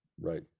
right